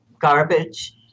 garbage